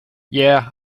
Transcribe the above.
yeah